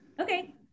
Okay